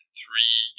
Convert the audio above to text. three